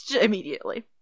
Immediately